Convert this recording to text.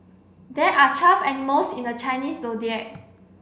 there are twelve animals in the Chinese Zodiac